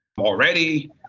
already